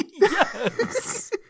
Yes